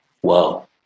Whoa